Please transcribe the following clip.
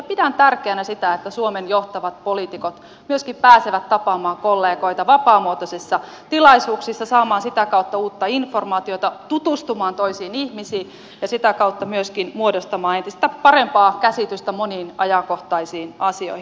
pidän tärkeänä sitä että suomen johtavat poliitikot myöskin pääsevät tapaamaan kollegoita vapaamuotoisissa tilaisuuksissa saamaan sitä kautta uutta informaatiota tutustumaan toisiin ihmisiin ja sitä kautta myöskin muodostamaan entistä parempaa käsitystä moniin ajankohtaisiin asioihin